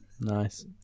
nice